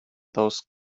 those